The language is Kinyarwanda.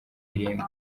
irimbi